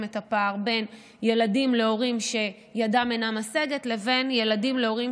את הפער בין ילדים להורים שידם אינה משגת לבין ילדים להורים